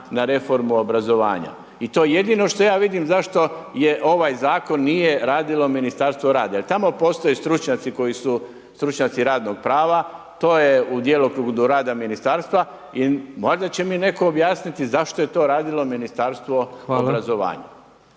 na reformu obrazovanja. I to je jedino što ja vidim zašto ovaj zakon nije radilo Ministarstvo rada jer tamo postoje stručnjaci koji su stručnjaci radnog prava, to je u djelokrugu u rada ministarstva i možda će mi netko objasniti zašto je to radilo Ministarstvo obrazovanja.